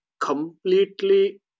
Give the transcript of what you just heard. completely